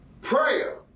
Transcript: Prayer